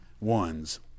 ones